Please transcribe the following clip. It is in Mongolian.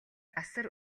асар